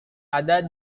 ada